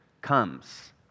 comes